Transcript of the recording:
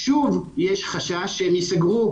שוב יש חשש שהם ייסגרו.